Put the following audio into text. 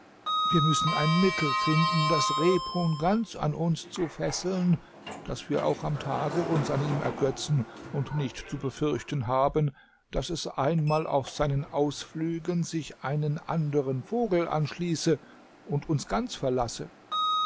wir müssen ein mittel finden das rebhuhn ganz an uns zu fesseln daß wir auch am tage uns an ihm ergötzen und nicht zu befürchten haben daß es einmal auf seinen ausflügen sich an einen anderen vogel anschließe und uns ganz verlasse